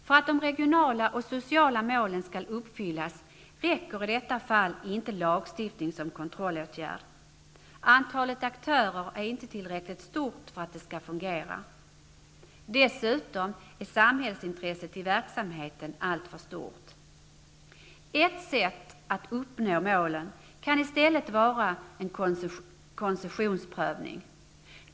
För att de regionala och sociala målen skall uppfyllas räcker i detta fall inte lagstiftning som kontrollåtgärd. Antalet aktörer är inte tillräckligt stort för att det skall fungera. Dessutom är samhällsintresset i verksamheten alltför stort. Ett sätt att uppnå målen kan i stället vara en koncessionsprövning.